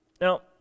Now